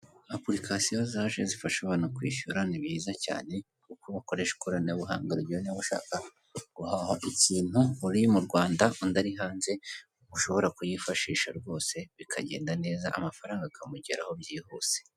Apulikasiyo zaje zifasha abantu kwishyura ni byiza cyane, kuko bakoresha ikoranabuhanga. Buri gihe niba ushaka guhaha ikintu uri mu Rwanda undi ari hanze, ushobora kuyifashisha rwose bikagenda neza, amafaranga akamugeraho byihuse.